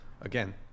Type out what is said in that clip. again